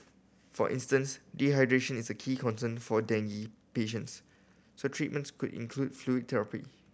for instance dehydration is a key concern for dengue patients so treatments could include fluid therapy